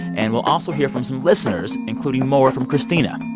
and we'll also hear from some listeners, including more from christina.